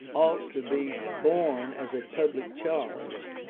ought to be borne as a public charge,